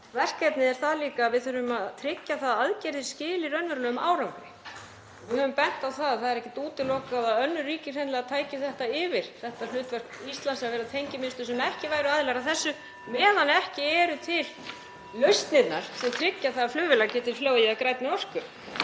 verkefnið er líka að við þurfum að tryggja að aðgerðir skili raunverulegum árangri. Við höfum bent á að það er ekkert útilokað að önnur ríki hreinlega tækju yfir þetta hlutverk Íslands, að vera tengimiðstöð, sem ekki væru aðilar að þessu meðan ekki eru til lausnirnar sem tryggja að flugvélar geti flogið á grænni orku.